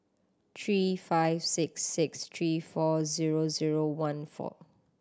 three five six six three four zero zero one four